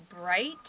bright